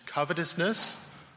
covetousness